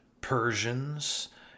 Persians